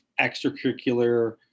extracurricular